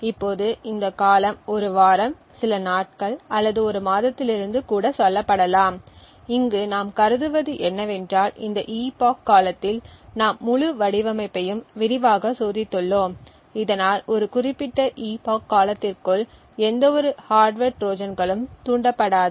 இப்போது இந்த காலம் 1 வாரம் சில நாட்கள் அல்லது ஒரு மாதத்திலிருந்து கூட சொல்லப்படலாம் இங்கு நாம் கருதுவது என்னவென்றால் இந்த epoch காலத்தில் நாம் முழு வடிவமைப்பையும் விரிவாக சோதித்துள்ளோம் இதனால் ஒரு குறிப்பிட்ட epoch காலத்திற்குள் எந்தவொரு ஹார்ட்வர் ட்ரோஜன்களும் தூண்டப்படாது